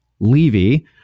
Levy